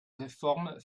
réforme